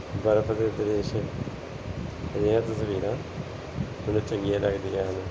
ਬਰਫ ਦੇ ਦ੍ਰਿਸ਼ ਅਜਿਹੀਆਂ ਤਸਵੀਰਾਂ ਮੈਨੂੰ ਚੰਗੀਆਂ ਲੱਗਦੀਆਂ ਹਨ